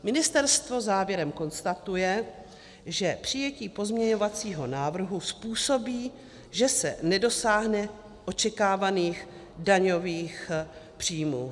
Ministerstvo závěrem konstatuje, že přijetí pozměňovacího návrhu způsobí, že se nedosáhne očekávaných daňových příjmů.